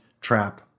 trap